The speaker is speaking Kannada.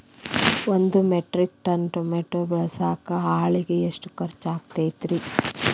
ಒಂದು ಮೆಟ್ರಿಕ್ ಟನ್ ಟಮಾಟೋ ಬೆಳಸಾಕ್ ಆಳಿಗೆ ಎಷ್ಟು ಖರ್ಚ್ ಆಕ್ಕೇತ್ರಿ?